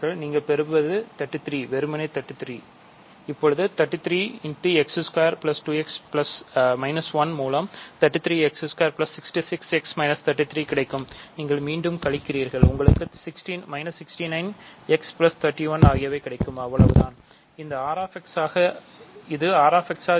நீங்கள் பெறுவது 33 வெறும் 33 இப்பொழுது 33 ஆக இருக்கும்